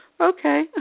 Okay